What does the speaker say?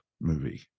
movie